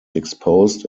exposed